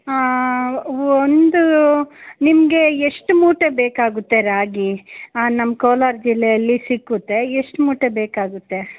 ಹಾಂ ಒಂದು ನಿಮಗೆ ಎಷ್ಟು ಮೂಟೆ ಬೇಕಾಗುತ್ತೆ ರಾಗಿ ನಮ್ಮ ಕೋಲಾರ ಜಿಲ್ಲೆಯಲ್ಲಿ ಸಿಕ್ಕುತ್ತೆ ಎಷ್ಟು ಮೂಟೆ ಬೇಕಾಗುತ್ತೆ